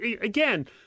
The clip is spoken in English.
again